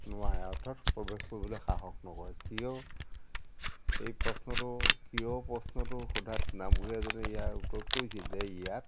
নোৱাৰে অৰ্থাৎ প্ৰৱেশ কৰিবলৈ সাহস নকৰে কিয় এই প্ৰশ্নটো কিয় প্ৰশ্নটো সোধাত নামঘৰীয়া যদি ইয়াৰ উত্তৰত কৰিছিল যে ইয়াত